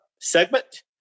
segment